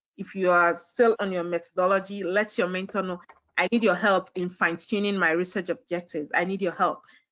if you are still on your methodology, let your mentor know i need your help in fine tuning my research objectives. i need your help.